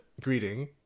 greeting